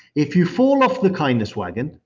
if you fall off the kindness wagon,